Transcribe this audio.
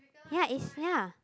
ya it's ya